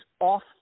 off